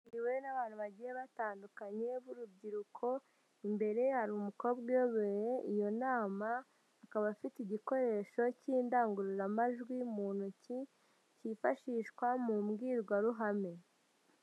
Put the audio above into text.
Inzu yahuriwemo n'abantu bagiye batandukanye b'urubyiruko, imbere hari umukobwa uyoboye iyo nama, akaba afite igikoresho cy'indangururamajwi mu ntoki, cyifashishwa mu mbwirwaruhame.